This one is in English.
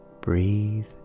Breathe